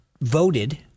voted